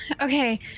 Okay